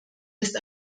ist